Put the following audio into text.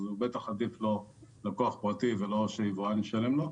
אז בטח עדיף לו לקוח פרטי ולא שיבואן ישלם לו.